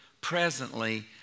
presently